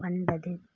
ஒன்பது